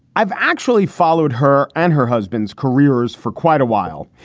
i've actually followed her and her husbands careers for quite a while.